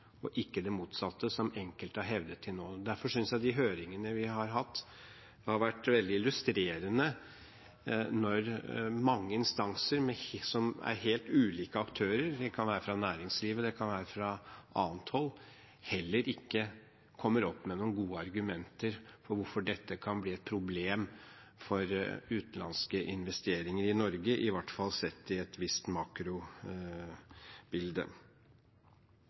og ikke det motsatte, som enkelte til nå har hevdet. Derfor synes jeg de høringene vi har hatt, har vært veldig illustrerende, når mange instanser, som er helt ulike aktører – det kan være fra næringslivet og fra annet hold – heller ikke kommer opp med noen gode argumenter for hvorfor dette kan bli et problem for utenlandske investeringer i Norge, i hvert fall sett i et visst makrobilde.